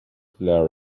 blaring